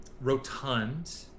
rotund